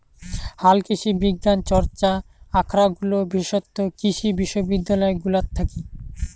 হালকৃষিবিজ্ঞান চর্চা আখরাগুলা বিশেষতঃ কৃষি বিশ্ববিদ্যালয় গুলাত থাকি